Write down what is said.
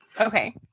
Okay